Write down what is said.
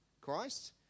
Christ